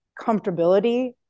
comfortability